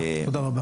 תודה רבה.